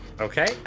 Okay